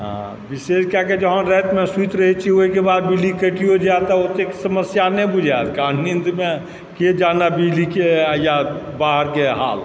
विशेष कए कऽ जहन रातिमे सुति रहै छी ओहिके बाद बिजली कटियो जाइया ओतेक समस्या नहि बुझाति कारण नीन्दमे के जानै बिजलीके आओर या बाहरके हाल